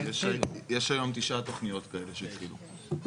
יש היום תשעה תוכניות כאלה שהתחילו.